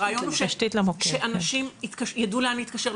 הרעיון הוא שאנשים יידעו לאן להתקשר,